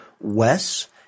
Wes